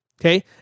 Okay